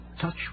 touch